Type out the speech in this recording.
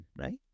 right